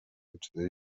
ابتدای